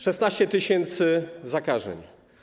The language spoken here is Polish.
16 tys. zakażeń.